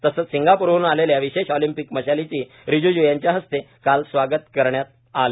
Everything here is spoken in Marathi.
तसंच सिंगापूरहून आलेल्या विशेष ऑलिम्पिक मशालीचंही रिजुजू यांच्या हस्ते काल स्वागत करण्यात आलं